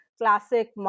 classic